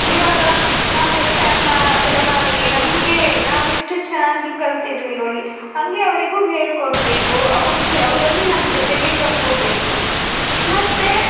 ಇವಾಗ ನಾವು ಹಳೆಯ ತರ್ಮಾ ತಲೆಮಾರಿಗೆ ನಮಗೆ ನಾವು ಎಷ್ಟು ಚೆನ್ನಾಗಿ ಕಲಿತಿದ್ವಿ ನೋಡಿ ಹಾಗೆ ಅವರಿಗೂ ಹೇಳಿಕೊಡ್ಬೇಕು ಅವರು ಜ ಅವರನ್ನು ನಮ್ಮ ಜೊತೆಗೆ ಕರ್ಕೋಬೇಕು ಮತ್ತು